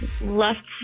left